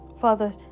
Father